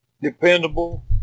dependable